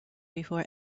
before